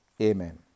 Amen